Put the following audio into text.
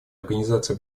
организация